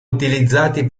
utilizzati